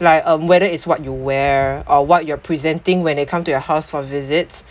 like um whether it's what you wear or what you're presenting when they come to your house for a visits